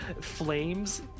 flames